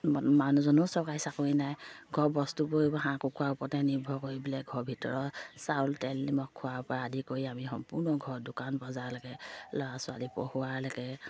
মানুহজনো চৰকাৰী চাকৰি নাই ঘৰ বস্তুবোৰ হাঁহ কুকুৰা ওপৰতে নিৰ্ভৰ কৰি পেলাই ঘৰ ভিতৰত চাউল তেল নিমখ খোৱাৰ পৰা আদি কৰি আমি সম্পূৰ্ণ ঘৰ দোকান বজাৰলৈকে ল'ৰা ছোৱালী পঢ়োৱালৈকে